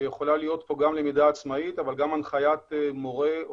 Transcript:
שיכולה להיות גם למידה עצמאית אבל גם הנחיית מורה,